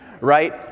right